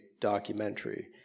documentary